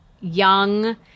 young